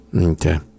Okay